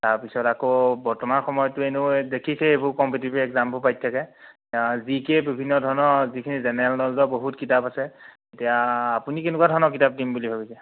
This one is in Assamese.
তাৰ পিছত আকৌ বৰ্তমান সময়ততো এনেও দেখিছেই এইবোৰ কম্পিটিটিভ এক্সামবোৰ পাতি থাকে জি কেৰ বিভিন্ন ধৰণৰ যিখিনি জেনেৰেল ন'লেজৰ বহুত কিতাপ আছে এতিয়া আপুনি কেনেকুৱা ধৰণৰ কিতাপ দিম বুলি ভাবিছে